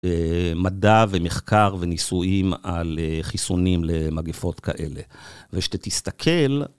מדע ומחקר וניסויים על חיסונים למגפות כאלה. ושתסתכל...